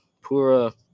pura